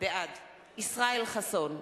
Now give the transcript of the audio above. בעד ישראל חסון,